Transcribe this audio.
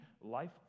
life